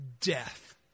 death